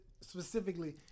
specifically